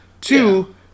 Two